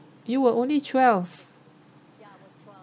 you were only twelve